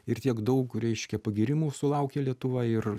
ir tiek daug reiškia pagyrimų sulaukė lietuva ir